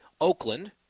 Oakland